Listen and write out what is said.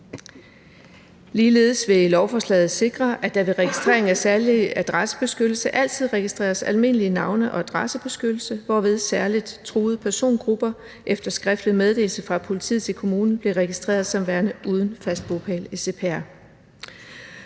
Ligeledes vil lovforslaget sikre, at der ved registrering af særlig adressebeskyttelse altid registreres almindelig navne- og adressebeskyttelse, hvorved særlig truede persongrupper efter skriftlig meddelelse fra politiet til kommunen bliver registreret som værende uden fast bopæl i CPR.